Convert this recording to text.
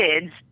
kids